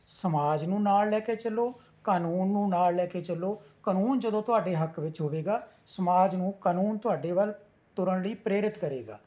ਸਮਾਜ ਨੂੰ ਨਾਲ ਲੈ ਕੇ ਚੱਲੋ ਕਾਨੂੰਨ ਨੂੰ ਨਾਲ ਲੈ ਕੇ ਚੱਲੋ ਕਾਨੂੰਨ ਜਦੋਂ ਤੁਹਾਡੇ ਹੱਕ ਵਿੱਚ ਹੋਵੇਗਾ ਸਮਾਜ ਨੂੰ ਕਾਨੂੰਨ ਤੁਹਾਡੇ ਵੱਲ ਤੁਰਨ ਲਈ ਪ੍ਰੇਰਿਤ ਕਰੇਗਾ